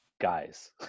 guys